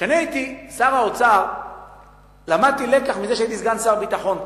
כשהייתי שר האוצר למדתי לקח מזה שהייתי פעם סגן שר הביטחון.